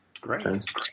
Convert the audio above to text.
Great